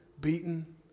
beaten